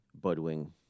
Budwing